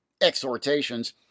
exhortations